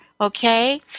Okay